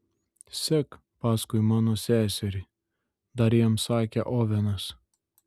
sek paskui mano seserį dar jam sakė ovenas